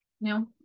No